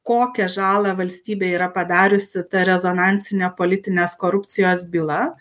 kokią žalą valstybė yra padariusi ta rezonansinė politinės korupcijos byla